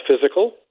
physical